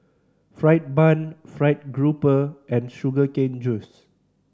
fried bun Fried Garoupa and sugar cane juice